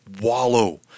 wallow